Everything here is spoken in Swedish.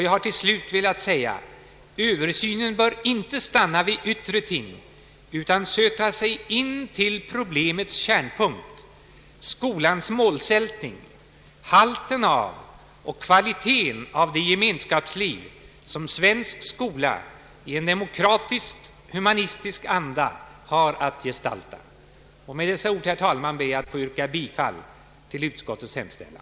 Jag har till slut velat säga att översynen inte bör stanna vid yttre ting utan söka sig in till problemets kärnpunkt: skolans målsättning, halten och kvaliteten av det gemenskapsliv som svensk skola i en demokratisk humanistisk anda har att gestalta. Med dessa ord, herr talman, ber jag att få yrka bifall till utskottets hemställan.